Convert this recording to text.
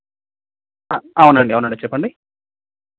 అవునండి అవునండి చెప్పండి